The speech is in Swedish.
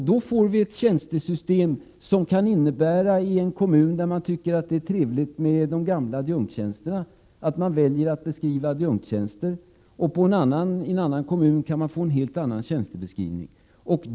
Då blir det ett tjänstesystem som innebär att man i en kommun, där man tycker att det är trevligt med de gamla adjunktstjänsterna, väljer att beskriva adjunktstjänster, medan man i en annan kommun kan få en helt annan tjänstebeskrivning.